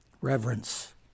Reverence